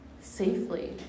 safely